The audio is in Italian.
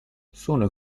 sono